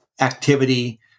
activity